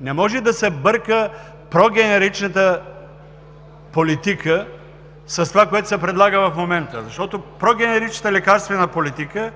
Не може да се бърка прогенеричната политика с това, което се предлага в момента. Защото прогенеричната лекарствена политика